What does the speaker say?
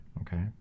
Okay